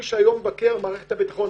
מי שהיום הוא מבקר מערכת הביטחון,